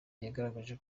yagaragaje